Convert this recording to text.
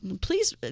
Please